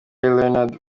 leonard